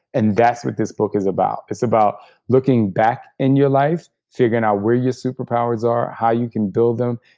and that's what this book is about. it's about looking back in your life, figuring out where your superpowers are, how you can build them.